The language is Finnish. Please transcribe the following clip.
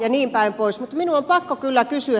mutta minun on pakko kyllä kysyä